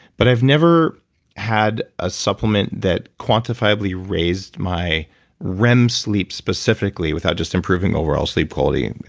but i've never had a supplement that quantifiably raised my rem sleep specifically, without just improving overall sleep quality.